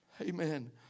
amen